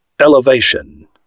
Elevation